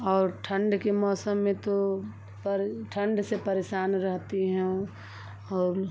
और ठंड के मौसम में तो पर ठंड से परेशान रहती हैं उ और